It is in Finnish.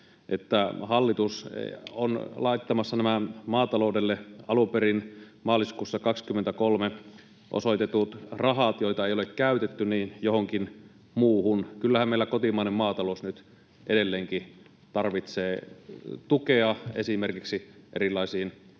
hallitus on laittamassa nämä maataloudelle alun perin maaliskuussa 23 osoitetut rahat, joita ei ole käytetty, johonkin muuhun. Kyllähän meillä kotimainen maatalous nyt edelleenkin tarvitsee tukea esimerkiksi erilaisiin